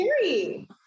scary